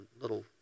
little